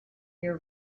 year